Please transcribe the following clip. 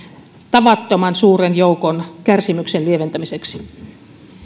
tavattoman suuren joukon kärsimyksen lieventämiseksi